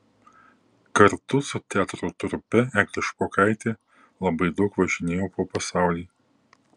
kartu su teatro trupe eglė špokaitė labai daug važinėjo po pasaulį